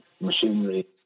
Machinery